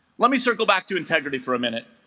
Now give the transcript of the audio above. let me circle back to integrity for a minute